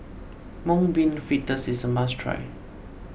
Mung Bean Fritters is a must try